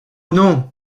non